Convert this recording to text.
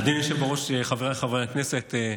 אדוני היושב בראש, חבריי חברי הכנסת,